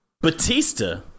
Batista